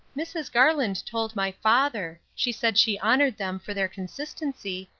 mrs. garland told my father she said she honored them for their consistency,